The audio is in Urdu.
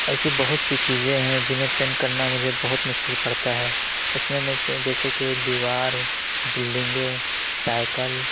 ایسی بہت سی چیزیں ہیں جنہیں پینٹ کرنا مجھے بہت مشکل پڑتا ہے اُس میں میں سے جیسے کہ دیوار بلڈنگیں سائیکل